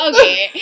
Okay